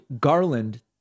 Garland